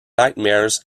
nightmares